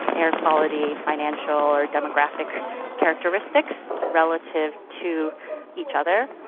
air quality, financial or demographic characteristics relative to each other,